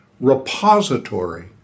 repository